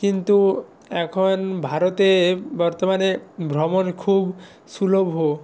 কিন্তু এখন ভারতে বর্তমানে ভ্রমণ খুব সুলভ